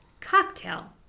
cocktail